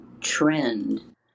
trend